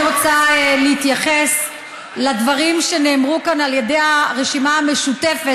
אני רוצה להתייחס לדברים שנאמרו כאן על ידי הרשימה המשותפת,